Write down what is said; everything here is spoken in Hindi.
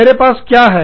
मेरे पास क्या है